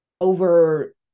over